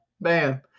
Bam